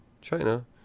china